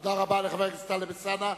תודה רבה לחבר הכנסת טלב אלסאנע.